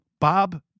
Bob